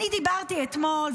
אני דיברתי אתמול,